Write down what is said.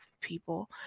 people